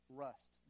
rust